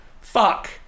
fuck